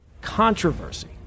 Controversy